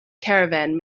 caravan